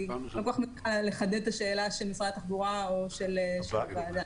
תחדד את השאלה של משרד התחבורה או של הוועדה.